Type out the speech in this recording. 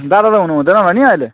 दादा त हुनुहुँदैन होला नि अहिले